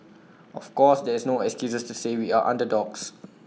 of course there is no excuses to say we are underdogs